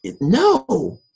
no